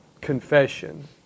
confession